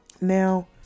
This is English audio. now